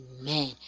amen